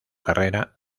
carrera